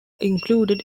included